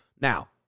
Now